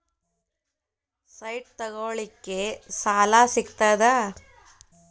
Site ತಗೋಳಿಕ್ಕೆ ಸಾಲಾ ಸಿಗ್ತದಾ?